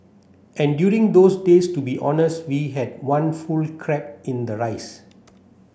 and during those days to be honest we had one full crab in the rice